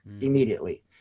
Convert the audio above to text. immediately